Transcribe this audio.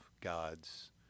God's